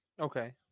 Okay